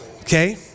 Okay